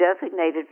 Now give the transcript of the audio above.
designated